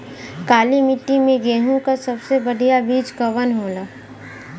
काली मिट्टी में गेहूँक सबसे बढ़िया बीज कवन होला?